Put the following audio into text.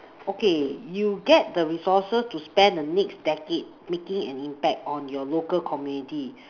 okay you get the resources to spend the next decade making an impact on your local community